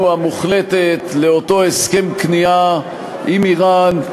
המוחלטת לאותו הסכם כניעה עם איראן,